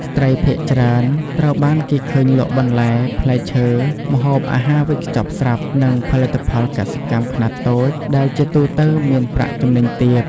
ស្ត្រីភាគច្រើនត្រូវបានគេឃើញលក់បន្លែ ផ្លែឈើ ម្ហូបអាហារវេចខ្ចប់ស្រាប់ និងផលិតផលកសិកម្មខ្នាតតូច ដែលជាទូទៅមានប្រាក់ចំណេញទាប។